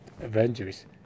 Avengers